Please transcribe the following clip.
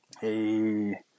Hey